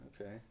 Okay